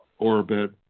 orbit